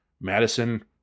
Madison